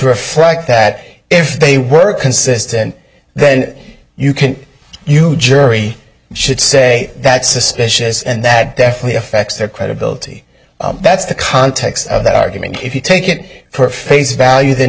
refract that if they were consistent then you can you jury should say that suspicious and that definitely affects their credibility that's the context of that argument if you take it for face value th